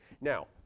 now